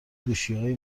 گوشیهای